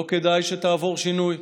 לא כדאי שתעבור שינוי.